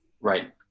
Right